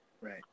Right